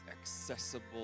accessible